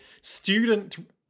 student